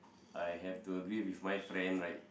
I have to agree with my friend right